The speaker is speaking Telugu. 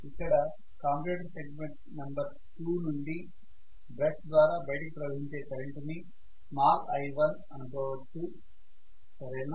ఇక్కడ కామ్యుటేటర్ సెగ్మెంట్ నెంబర్ 2 నుండి బ్రష్ ద్వారా బయటికి ప్రవహించే కరెంటు ని i1 అనుకోవచ్చు సరేనా